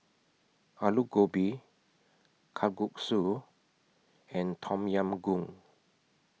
Alu Gobi Kalguksu and Tom Yam Goong